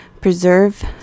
preserve